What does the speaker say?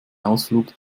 ausflug